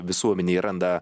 visuomenėj randa